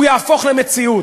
הוא יהפוך למציאות.